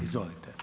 Izvolite.